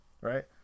right